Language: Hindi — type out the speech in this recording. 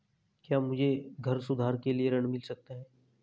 क्या मुझे घर सुधार के लिए ऋण मिल सकता है?